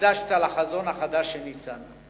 הקדשת לחזון החדש של ניצנה.